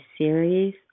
series